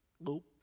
Nope